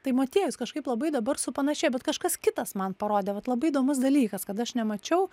tai motiejus kažkaip labai dabar supanašėjo bet kažkas kitas man parodė vat labai įdomus dalykas kad aš nemačiau